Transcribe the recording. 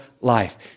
life